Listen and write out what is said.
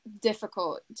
difficult